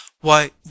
Why